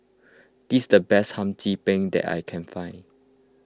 this is the best Hum Chim Peng that I can find